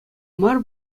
мар